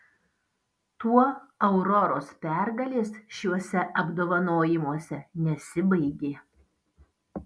tuo auroros pergalės šiuose apdovanojimuose nesibaigė